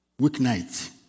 weeknight